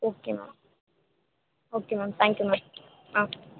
okay ma'am okay ma'am thank you ma'am ah